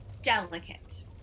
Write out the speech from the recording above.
delicate